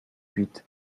huit